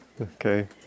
Okay